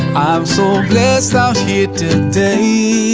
so blessed out here today